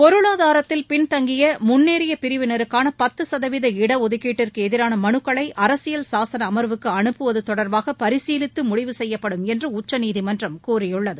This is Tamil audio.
பொருளாதாரத்தில் பின்தங்கிய முன்னேறிய பிரிவினருக்கான பத்து சதவீத இடஒதுக்கீட்டிற்கு எதிராள மனுக்களை அரசியல் சாசன அமர்வுக்கு அனுப்புவது தொடர்பாக முடிவு செய்யப்படும் என்று உச்சநீதிமன்றம் கூறியுள்ளது